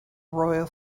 royal